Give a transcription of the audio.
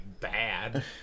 bad